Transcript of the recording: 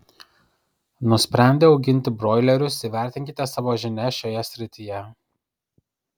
nusprendę auginti broilerius įvertinkite savo žinias šioje srityje